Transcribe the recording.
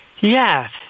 Yes